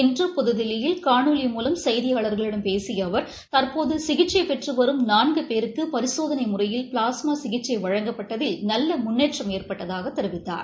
இன்று புதுதில்லியில் காணொலி மூலம் செய்தியாளர்களிடம் பேசிய அவர் தற்போது சிகிச்சை பெற்றுவரும் நூன்கு பேருக்கு பரிசோதனை முறையில் பிளாஸ்மா சிகிச்சை வழங்கப்பட்டதில் நல்ல முன்னேற்றம் ஏற்பட்டதாக தெரிவித்தார்